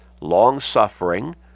long-suffering